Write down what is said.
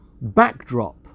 backdrop